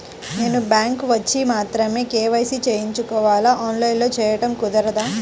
నేను బ్యాంక్ వచ్చి మాత్రమే కే.వై.సి చేయించుకోవాలా? ఆన్లైన్లో చేయటం కుదరదా?